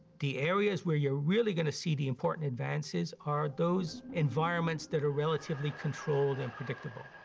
the areas where you're really gonna see the important advances are those environments that are relatively controlled and predictable,